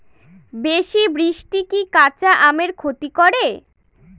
বেশি বৃষ্টি কি কাঁচা আমের ক্ষতি করে?